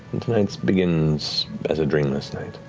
and tonight begins as a dreamless night.